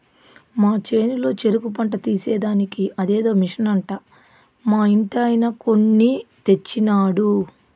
మా చేనులో చెరుకు పంట తీసేదానికి అదేదో మిషన్ అంట మా ఇంటాయన కొన్ని తెచ్చినాడు